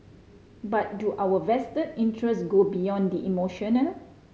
but do our vested interest go beyond the emotional